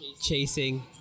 chasing